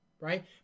right